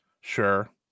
sure